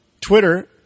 twitter